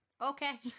Okay